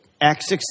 Acts